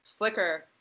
Flickr